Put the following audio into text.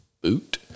boot